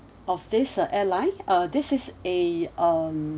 of this uh airline uh this is a um